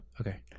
Okay